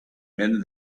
man